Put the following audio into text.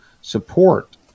support